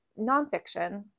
nonfiction